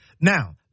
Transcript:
Now